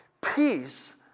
peace